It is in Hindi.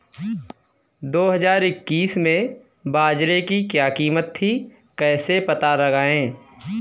दो हज़ार इक्कीस में बाजरे की क्या कीमत थी कैसे पता लगाएँ?